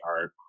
art